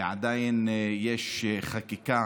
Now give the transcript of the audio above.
ועדיין יש חקיקה